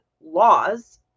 laws